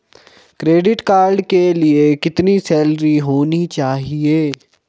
Credit card के लिए कितनी सैलरी होनी चाहिए?